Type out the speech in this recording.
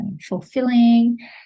fulfilling